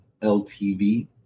LTV